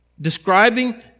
Describing